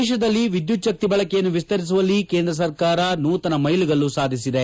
ದೇಶದಲ್ಲಿ ಎದ್ದುತ್ಜ್ಞಕ್ತಿ ಬಳಕೆಯನ್ನು ವಿಸ್ತರಿಸುವಲ್ಲಿ ಕೇಂದ್ರ ಸರ್ಕಾರ ನೂತನ ಮೈಲುಗಲ್ಲು ಸಾಧಿಸಿದೆ